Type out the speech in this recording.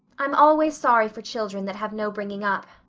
i'm always sorry for children that have no bringing up,